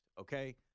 Okay